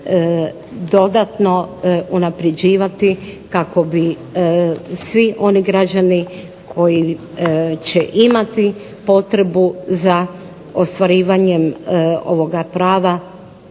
dodatno unapređivati kako bi svi oni građani koji će imati potrebu za ostvarivanjem ovog prava